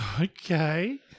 Okay